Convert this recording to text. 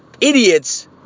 Idiots